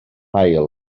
haul